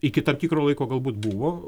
iki tam tikro laiko galbūt buvo